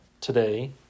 today